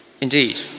Indeed